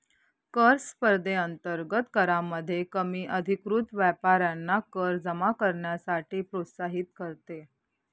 कर स्पर्धेअंतर्गत करामध्ये कमी अधिकृत व्यापाऱ्यांना कर जमा करण्यासाठी प्रोत्साहित करते